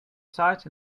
sight